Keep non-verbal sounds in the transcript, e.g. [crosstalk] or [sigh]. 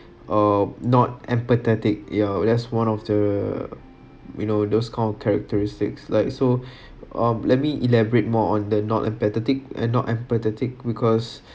uh not empathetic ya that's one of the we know those kind of characteristics like so [breath] um let me elaborate more on the not empathetic and not empathetic because